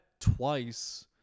twice